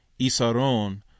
isaron